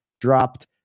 dropped